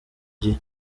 gihe